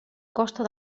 costa